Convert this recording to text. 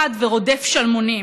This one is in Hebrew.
עוני.